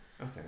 okay